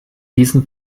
diesen